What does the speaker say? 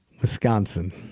Wisconsin